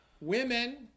women